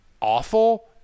awful